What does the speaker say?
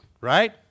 right